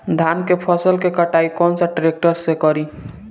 धान के फसल के कटाई कौन सा ट्रैक्टर से करी?